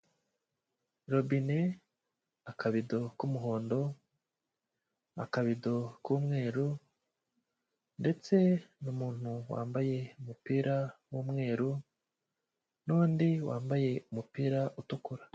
Robine, akabido k'umuhondo, akabido k'umweru ndetse n'umuntu wambaye umupira w'umweru n'undi wambaye umupira utukura.